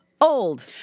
Old